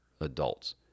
adults